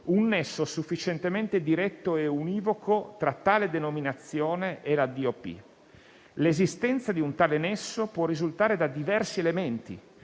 un nesso sufficientemente diretto e univoco tra tale denominazione e la DOP. L'esistenza di un tale nesso può risultare da diversi elementi,